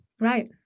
Right